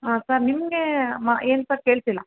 ಹಾಂ ಸರ್ ನಿಮಗೆ ಮ ಏನು ಸರ್ ಕೇಳಿಸಿಲ್ಲ